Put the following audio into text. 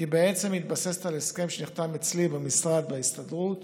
כי היא בעצם מתבססת על הסכם שנחתם אצלי במשרד בהסתדרות